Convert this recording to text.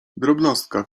drobnostka